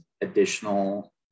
additional